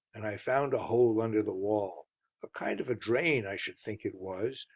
and i found a hole under the wall a kind of a drain i should think it was,